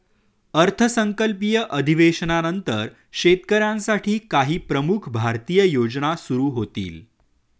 अर्थसंकल्पीय अधिवेशनानंतर शेतकऱ्यांसाठी काही प्रमुख भारतीय योजना सुरू होतील